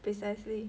precisely